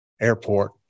airport